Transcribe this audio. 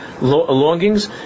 longings